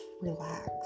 relax